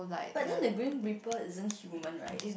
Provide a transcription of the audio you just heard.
but then the grim reaper isn't human right